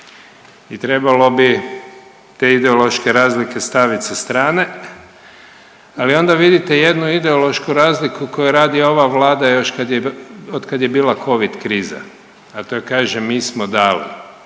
i trebalo bi te ideološke razlike staviti sa strane, ali onda vidite jednu ideološku razliku koja radi ova vlada još od kad je bila covid kriza, a to je kažem mi smo dali.